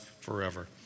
forever